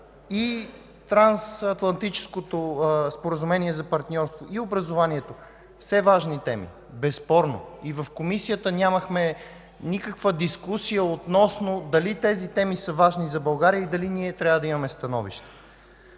– Трансатлантическото споразумение за партньорство, и образованието, са все важни теми, безспорно. И в Комисията нямахме никаква дискусия относно дали тези теми са важни за България и дали ние трябва да имаме становище,